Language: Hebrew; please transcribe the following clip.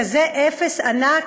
כזה אפס ענק,